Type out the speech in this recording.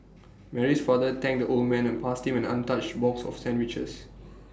Mary's father thanked the old man and passed him an untouched box of sandwiches